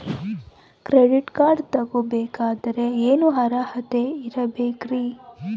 Credit card ತೊಗೋ ಬೇಕಾದರೆ ಏನು ಅರ್ಹತೆ ಇರಬೇಕ್ರಿ?